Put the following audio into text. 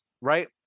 right